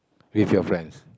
with your friends